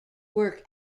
work